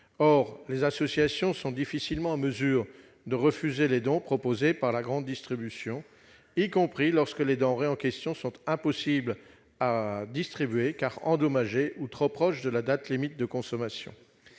Or les associations sont difficilement en mesure de refuser les dons proposés par la grande distribution, y compris lorsque les denrées en question sont impossibles à distribuer, soit parce qu'elles sont endommagées, soit parce que leur date limite de consommation